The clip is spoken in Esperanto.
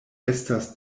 estas